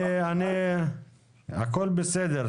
הכול בסדר,